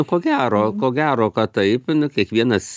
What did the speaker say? ko gero ko gero kad taip nu kiekvienas